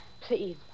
Please